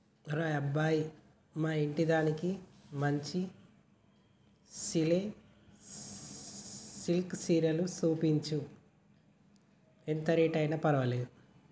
ఒరే అబ్బాయి మా ఇంటిదానికి మంచి సిల్కె సీరలు సూపించు, ఎంత రేట్ అయిన పర్వాలేదు